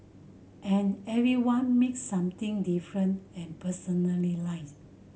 and everyone makes something different and personalised